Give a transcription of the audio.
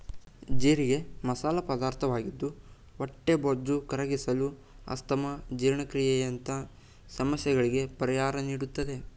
ಜೀರಿಗೆ ಮಸಾಲ ಪದಾರ್ಥವಾಗಿದ್ದು ಹೊಟ್ಟೆಬೊಜ್ಜು ಕರಗಿಸಲು, ಅಸ್ತಮಾ, ಜೀರ್ಣಕ್ರಿಯೆಯಂತ ಸಮಸ್ಯೆಗಳಿಗೆ ಪರಿಹಾರ ನೀಡುತ್ತದೆ